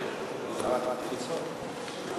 יש